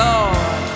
Lord